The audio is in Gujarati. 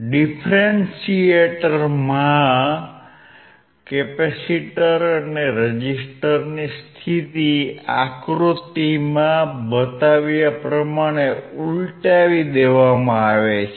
ડિફરન્ટિએટરમાં કેપેસિટર અને રેઝિસ્ટરની સ્થિતિ આકૃતિમાં બતાવ્યા પ્રમાણે ઉલટાવી દેવામાં આવે છે